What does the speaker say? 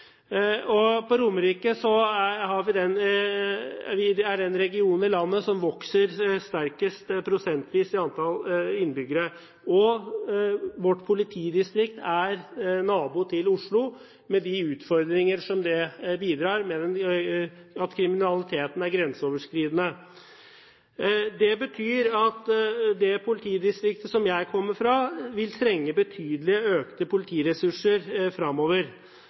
Romerike er den regionen i landet som vokser sterkest prosentvis i antall innbyggere. Vårt politidistrikt er nabo til Oslo, med de utfordringer som det byr på i og med at kriminaliteten er grenseoverskridende. Det betyr at det politidistriktet som jeg kommer fra, vil trenge betydelig økte politiressurser framover.